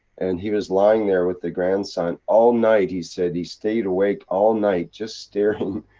and he was lying there with the grandson all night he said, he stayed awake all night just staring,